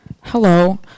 Hello